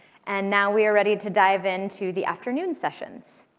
and now we are ready to dive in to the afternoon sessions.